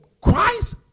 Christ